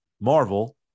Marvel